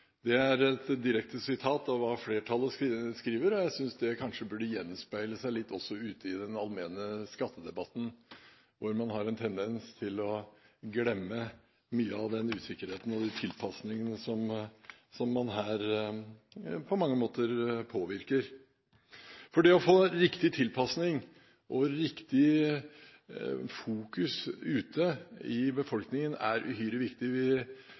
er et direkte sitat fra det som flertallet skriver. Jeg synes dette kanskje burde gjenspeile seg litt også ute i den allmenne skattedebatten, hvor man har en tendens til å glemme mye av den usikkerheten og de tilpasningene som man her på mange måter påvirker. For det å få riktig tilpasning og å få riktig fokus ute i befolkningen er uhyre viktig.